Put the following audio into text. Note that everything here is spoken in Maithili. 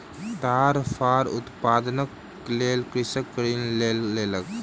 ताड़ फल उत्पादनक लेल कृषक ऋण लय लेलक